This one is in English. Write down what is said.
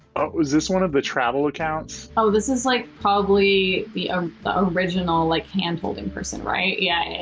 ah is this one of the travel accounts? oh, this is like probably the um the original like hand-holding person, right? yeah, yeah,